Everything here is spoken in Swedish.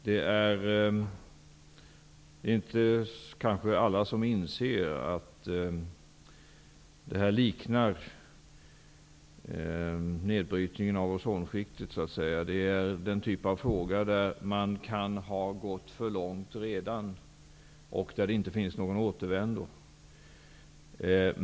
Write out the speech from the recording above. Alla kanske inte inser att problemet liknar det med nedbrytningen av ozonskiftet. Det är en typ av fråga där det kan ha gått för långt redan och där det inte finns någon återvändo.